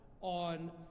on